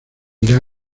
irá